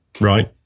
Right